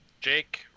Jake